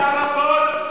עשתה רבות.